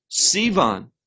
Sivan